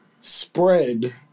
spread